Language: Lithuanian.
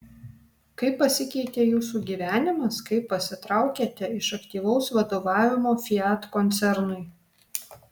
kaip pasikeitė jūsų gyvenimas kai pasitraukėte iš aktyvaus vadovavimo fiat koncernui